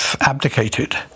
abdicated